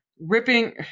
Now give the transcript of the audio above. ripping